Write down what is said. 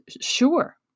sure